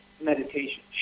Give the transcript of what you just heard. meditation